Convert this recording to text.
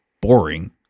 boring